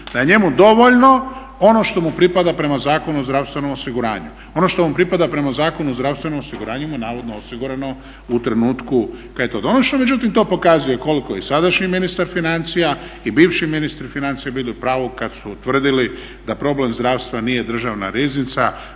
da je njemu dovoljno ono što mu pripada prema Zakonu o zdravstvenom osiguranju, ono što mu pripada prema Zakonu o zdravstvenom osiguranju mu je navodno osigurano u trenutku kada je to donošeno. Međutim, to pokazuje koliko i sadašnji ministar financija i bivši ministri financija bili u pravu kad su tvrdili da problem zdravstva nije državna riznica,